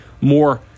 more